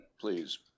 please